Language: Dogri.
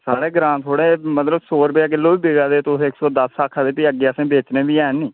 साढ़े ग्रां थोह्ड़ा मतलब सौ रपेया किलो बी बिका दे तुस इक सौ दस्स आक्खा दे फ्ही अग्गै असें बेचने बी हैन नी